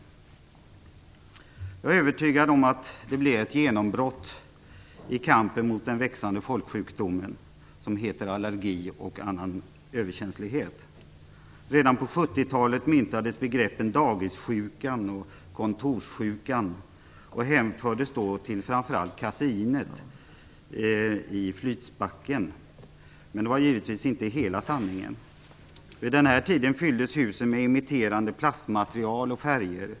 Jag är övertygad om att det blir ett genombrott i kampen mot den växande folksjukdomen allergi och annan överkänslighet. Redan på 70-talet myntades begreppen dagissjukan och kontorssjukan, som framför allt hänfördes till carsinogenet i flytspackel. Men det var givetvis inte hela sanningen. Vid den här tiden fylldes husen med emitterande plastmaterial och färger.